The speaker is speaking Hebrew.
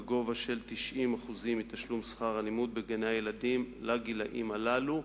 בגובה 90% מתשלום שכר הלימוד בגני-הילדים לגילאים הללו.